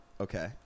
Okay